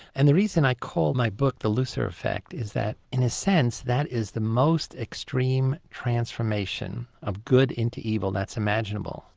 and the reason i call my book the lucifer effect is that in a sense that is the most extreme transformation of good into evil that's imaginable,